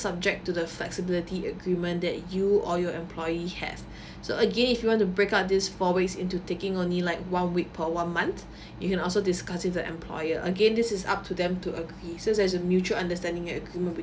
subject to the flexibility agreement that you or your employee have so again if you want to break up this four weeks into taking only like one week per one month you can also discuss with the employer again this is up to them to agree so there's a mutual understanding at agreement